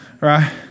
right